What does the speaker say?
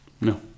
No